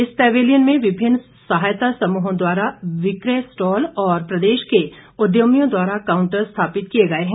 इस पैवेलियन में विभिन्न सहायता समूहों द्वारा विक्रय स्टॉल और प्रदेश के उद्यमियों द्वारा काउंटर स्थापित किए गए हैं